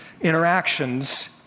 interactions